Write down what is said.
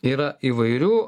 yra įvairių